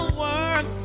work